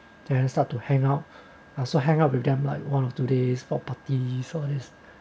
then I start to hang out I also hang out with them like one or two days for party so this